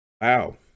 wow